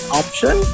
option